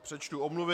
Přečtu omluvy.